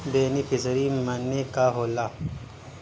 Beneficiary मने का होला?